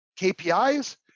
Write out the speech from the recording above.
KPIs